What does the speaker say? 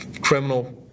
criminal